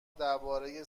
درباره